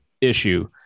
issue